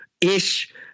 ish